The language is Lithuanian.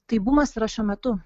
tai bumas yra šiuo metu